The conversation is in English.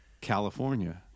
California